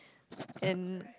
and